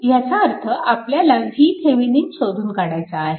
ह्याचा अर्थ आपल्याला VThevenin शोधून काढायचा आहे